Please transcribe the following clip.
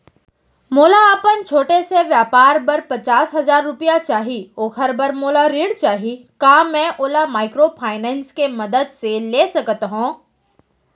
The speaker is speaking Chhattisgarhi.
मोला अपन छोटे से व्यापार बर पचास हजार रुपिया चाही ओखर बर मोला ऋण चाही का मैं ओला माइक्रोफाइनेंस के मदद से ले सकत हो?